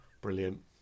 Brilliant